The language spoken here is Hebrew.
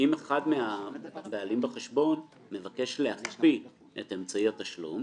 אם אחד מהבעלים בחשבון מבקש להקפיא את אמצעי התשלום,